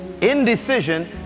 Indecision